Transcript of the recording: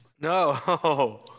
no